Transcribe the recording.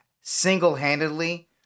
single-handedly